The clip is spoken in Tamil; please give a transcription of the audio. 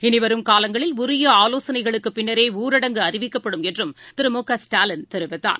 இனிவரும் காலங்களில் உரியஆலோசனைகளுக்குப்பின்னரேஊரடங்கு அறிவிக்கப்படும் என்றும் திரு மு க ஸ்டாலின் தெரிவித்தார்